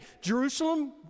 Jerusalem